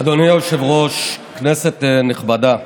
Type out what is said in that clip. אדוני היושב-ראש, כנסת נכבדה,